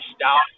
stout